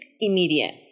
immediate